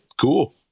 cool